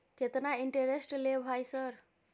केतना इंटेरेस्ट ले भाई सर?